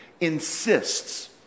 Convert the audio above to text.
insists